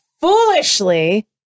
foolishly